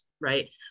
right